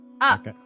Up